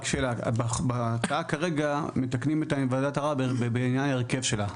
רק שאלה: בהקראה כרגע מתקנים את ועדת הערר בעניין ההרכב שלה.